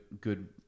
good